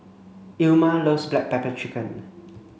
Ilma loves black pepper chicken